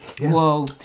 Whoa